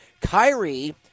Kyrie